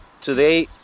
today